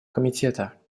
комитета